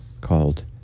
called